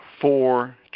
four